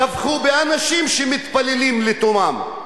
טבחו באנשים שמתפללים לתומם.